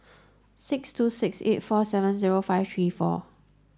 six two six eight four seven zero five three four